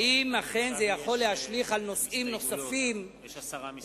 האם זה אכן יכול להשליך על נושאים נוספים כמו